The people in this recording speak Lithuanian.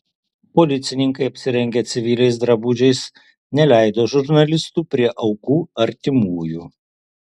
policininkai apsirengę civiliais drabužiais neleido žurnalistų prie aukų artimųjų